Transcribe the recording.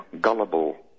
gullible